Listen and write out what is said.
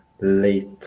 late